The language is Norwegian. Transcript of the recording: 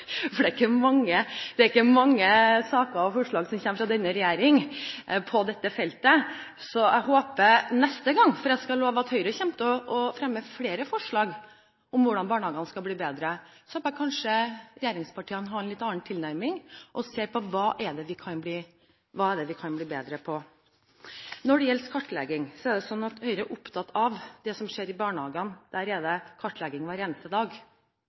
hadde det sannelig ikke vært mange ganger vi hadde diskutert barnehage i salen her, for det er ikke mange saker og forslag som kommer fra denne regjeringen på dette feltet. Så jeg håper at regjeringspartiene neste gang – for jeg skal love at Høyre kommer til å fremme flere forslag om hvordan barnehagene skal bli bedre – kanskje har en annen tilnærming og vil se på hva det er vi kan bli bedre på. Når det gjelder kartlegging, er Høyre opptatt av det som skjer i barnehagene. Der er det kartlegging hver eneste dag,